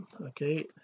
okay